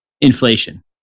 inflation